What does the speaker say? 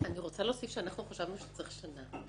אני רוצה להוסיף שאנחנו חשבנו שצריך שנה,